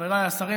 חבריי השרים,